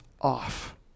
off